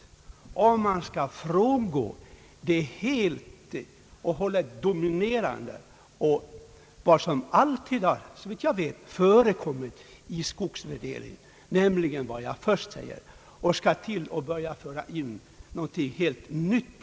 Skall man frångå det som varit helt och hållet dominerande i all skogsvärdering — nämligen den grund jag först nämnde — och föra in någonting helt nytt?